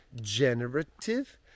generative